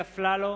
אין נמנעים.